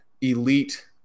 elite